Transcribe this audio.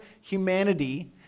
humanity